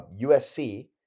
USC